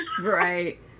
right